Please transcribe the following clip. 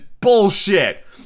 bullshit